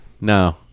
No